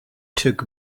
took